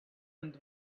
and